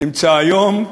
נמצא היום,